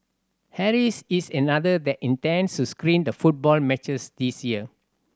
Harry's is another that intends to screen the football matches this year